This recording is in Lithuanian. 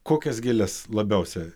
kokias gėles labiausia